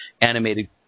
animated